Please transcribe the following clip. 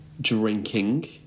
drinking